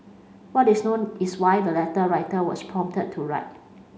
what is known is why the letter writer was prompted to write